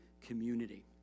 community